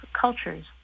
cultures